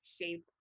shape